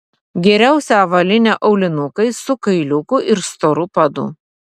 geriausia avalynė aulinukai su kailiuku ir storu padu